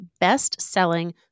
best-selling